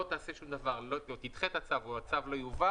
תעשה כרגע שום דבר לא תדחה את הצו או הצו לא יובא,